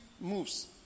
moves